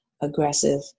aggressive